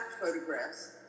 photographs